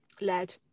led